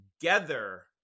together